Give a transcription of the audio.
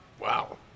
wow